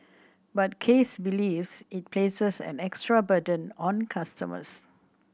but Case believes it places an extra burden on customers